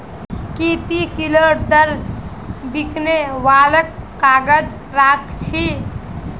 की ती किलोर दर स बिकने वालक काग़ज़ राख छि